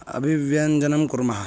अभिव्यञ्जनं कुर्मः